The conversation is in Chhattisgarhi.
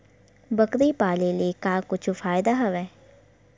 बकरी पाले ले का कुछु फ़ायदा हवय?